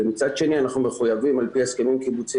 ומצד שני אנחנו מחויבים על פי הסכמים קיבוציים